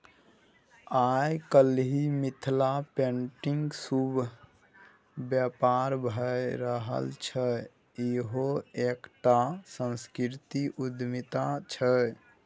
आय काल्हि मिथिला पेटिंगक खुब बेपार भए रहल छै इहो एकटा सांस्कृतिक उद्यमिता छै